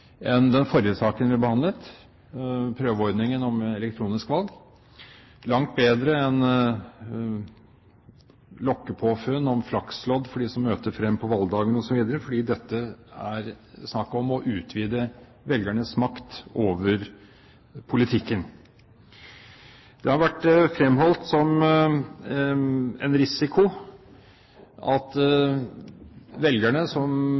enn den forrige saken vi behandlet – prøveordningen om elektronisk valg – og langt bedre enn lokkepåfunn om Flax-lodd for dem som møter frem på valgdagen, osv., for dette er snakk om å utvide velgernes makt over politikken. Det har vært fremholdt som en risiko at velgerne – denne ubestemmelige massen – som